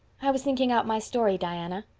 i was thinking out my story, diana.